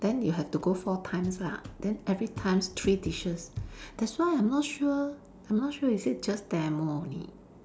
then you have to go four times lah then every time three dishes that's why I'm not sure I'm not sure is it just demo only